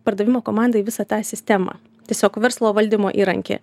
pardavimo komandai visą tą sistemą tiesiog verslo valdymo įrankį